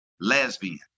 lesbian